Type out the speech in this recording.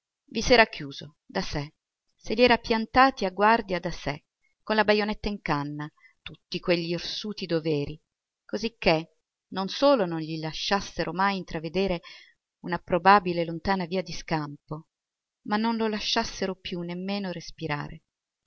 s era chiuso da sé se li era piantati a guardia da sé con la bajonetta in canna tutti quegl'irsuti doveri così che non solo non gli lasciassero mai intravedere una probabile lontana via di scampo ma non lo lasciassero più nemmeno respirare